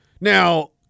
Now